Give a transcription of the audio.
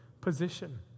position